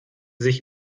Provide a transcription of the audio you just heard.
sich